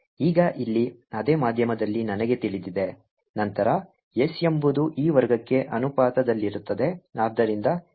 ಈಗ ಇಲ್ಲಿ ಅದೇ ಮಾಧ್ಯಮದಲ್ಲಿ ನನಗೆ ತಿಳಿದಿದೆ ನಂತರ S ಎಂಬುದು E ವರ್ಗಕ್ಕೆ ಅನುಪಾತದಲ್ಲಿರುತ್ತದೆ